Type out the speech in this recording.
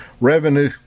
revenue